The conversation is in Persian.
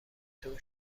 تون